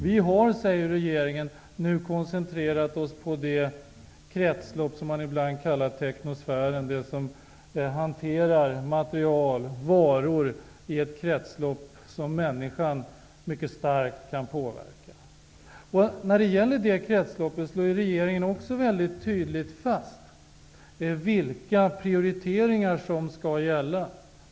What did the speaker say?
Vi har, säger regeringen, nu koncentrerat oss på det kretslopp som man ibland kallar för teknosfären, dvs. hantering av material och varor i ett kretslopp som människan mycket starkt kan påverka. När det gäller kretsloppet slår regeringen tydligt fast vilka prioriteringar som skall gälla.